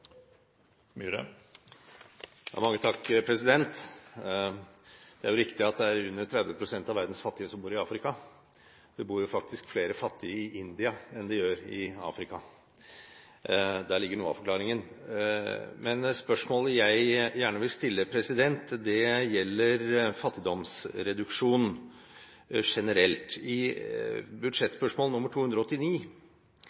er jo riktig at under 30 pst. av verdens fattige bor i Afrika – det bor jo faktisk flere fattige i India enn i Afrika. Der ligger noe av forklaringen. Men spørsmålet jeg gjerne vil stille, gjelder fattigdomsreduksjon generelt. I